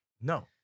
no